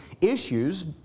issues